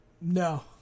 No